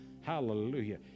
Hallelujah